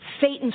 Satan